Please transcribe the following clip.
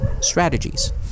strategies